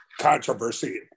controversy